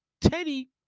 Teddy